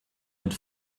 mit